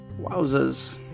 Wowzers